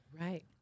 Right